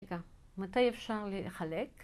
רגע, מתי אפשר לחלק?